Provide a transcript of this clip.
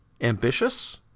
ambitious